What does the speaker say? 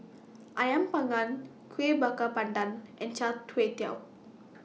Ayam Panggang Kuih Bakar Pandan and Chai Tuei Tao